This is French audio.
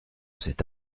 cet